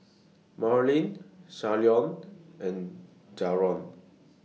Marlie Shalon and Jaron